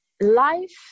life